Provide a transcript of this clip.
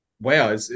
wow